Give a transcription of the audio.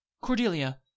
cordelia